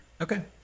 Okay